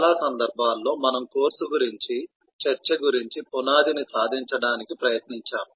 చాలా సందర్భాల్లో మనం కోర్సు గురించి చర్చ గురించి పునాదిని సాధించడానికి ప్రయత్నించాము